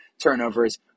turnovers